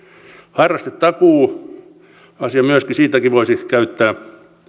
harrastetakuuasiasta myöskin voisi käyttää